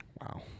Wow